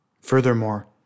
Furthermore